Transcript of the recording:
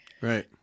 Right